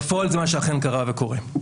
בפועל זה מה שאכן קרה וקורה.